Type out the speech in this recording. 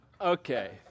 Okay